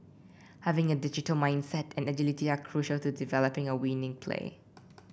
having a digital mindset and agility are crucial to developing a winning play